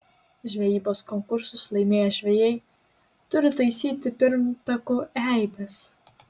žvejybos konkursus laimėję žvejai turi taisyti pirmtakų eibes